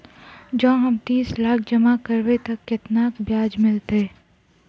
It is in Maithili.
जँ हम तीस लाख जमा करबै तऽ केतना ब्याज मिलतै?